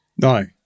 No